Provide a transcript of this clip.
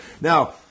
Now